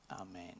Amen